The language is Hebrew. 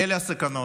אלה הסכנות.